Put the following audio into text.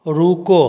रुको